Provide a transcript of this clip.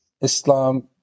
Islam